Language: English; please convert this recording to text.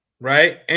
right